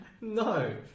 No